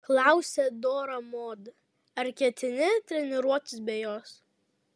klausia dora mod ar ketini treniruotis be jos